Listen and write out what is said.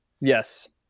Yes